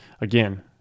Again